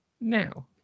now